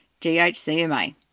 GHCMA